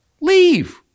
leave